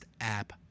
app